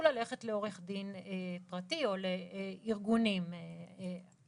ללכת לעורך דין פרטי או לארגוני זכויות.